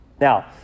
Now